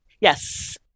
Yes